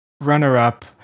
runner-up